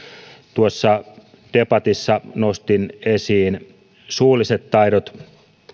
tuossa debatissa nostin esiin suulliset taidot